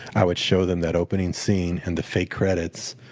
i would show them that opening scene and the fake credits,